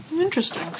Interesting